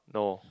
no